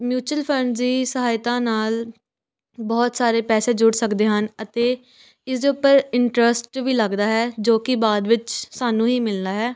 mutual funds ਦੀ ਸਹਾਇਤਾ ਨਾਲ ਬਹੁਤ ਸਾਰੇ ਪੈਸੇ ਜੁੜ ਸਕਦੇ ਹਨ ਅਤੇ ਇਸ ਦੇ ਉੱਪਰ ਇੰਨਟਰਸਟ ਵੀ ਲੱਗਦਾ ਹੈ ਜੋ ਕਿ ਬਾਅਦ ਵਿੱਚ ਸਾਨੂੰ ਹੀ ਮਿਲਣਾ ਹੈ